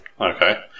Okay